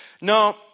no